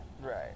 Right